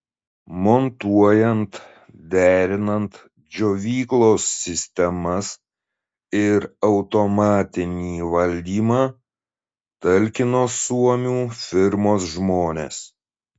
montuojant derinant džiovyklos sistemas ir automatinį valdymą talkino suomių firmos žmonės